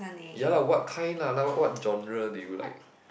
ya lah what kind lah like what what genre do you like